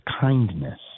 kindness